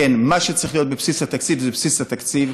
כן, מה שצריך להיות בבסיס התקציב זה בבסיס התקציב.